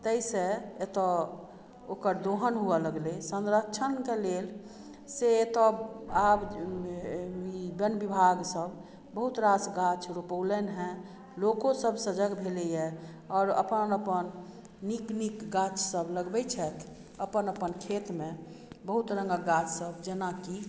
ताहिसॅं एतऽ ओकर दोहन हुअ लगलै संरक्षण लेल से एतऽ आब वन विभाग सब बहुत रास गाछ रोपलनि हँ लोकोसब सजग भेलैया आओर अपन अपन नीक नीक गाछ सब लगबै छथि अपन अपन खेत मे बहुत रंगक गाछ सब जेना की